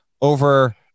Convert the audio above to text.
over